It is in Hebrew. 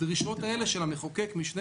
בדרישות האלה של המחוקק משנה,